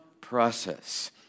process